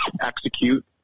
execute